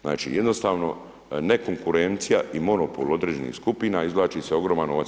Znači, jednostavno, nekonkurencija i monopol određenih skupina izvlači se ogroman novac.